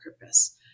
purpose